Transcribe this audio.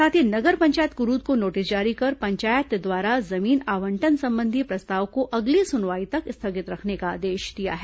साथ ही नगर पंचायत कुरूद को नोटिस जारी कर पंचायत द्वारा जमीन आवंटन संबंधी प्रस्ताव को अगली सुनवाई तक स्थगित रखने का आदेश दिया है